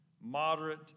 moderate